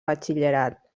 batxillerat